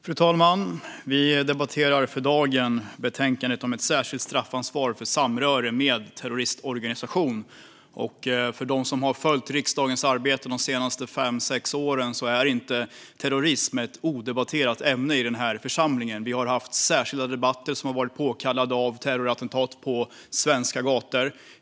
Fru talman! Vi debatterar för dagen betänkandet om ett särskilt straffansvar för samröre med en terroristorganisation. För dem som har följt riksdagens arbete de senaste fem sex åren är terrorism inte ett odebatterat ämne i denna församling. Vi har haft särskilda debatter som har varit påkallade av terrorattentat på svenska gator.